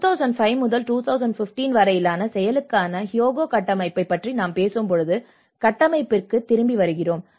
2005 முதல் 2015 வரையிலான செயலுக்கான ஹியோகோ கட்டமைப்பைப் பற்றி நாம் பேசும்போது கட்டமைப்பிற்குத் திரும்பி வருகிறோம்